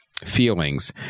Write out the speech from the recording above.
feelings